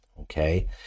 Okay